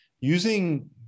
using